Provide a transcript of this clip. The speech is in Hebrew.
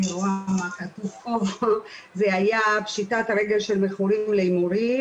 היה פשיטת רגל של מכורים להימורים.